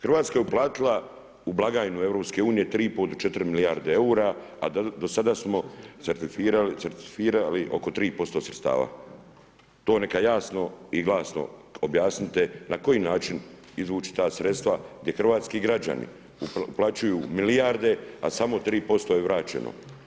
Hrvatska je uplatila u blagajnu EU-a 3,5 do 4 milijarde eura a dosada smo certifirali oko 3% sredstava, to neka jasno i glasno objasnite na koji način izvići ta sredstva gdje hrvatski građani uplaćuju milijarde a samo 3% je vraćeno.